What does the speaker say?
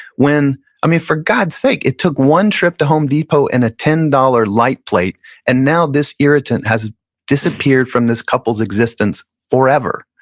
when i mean, for god's sake, it took one trip to home depot and a ten dollars light plate and now this irritant has disappeared from this couple's existence forever.